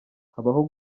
habaho